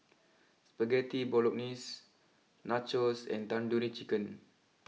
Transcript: Spaghetti Bolognese Nachos and Tandoori Chicken